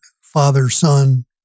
father-son